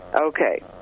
Okay